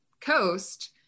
coast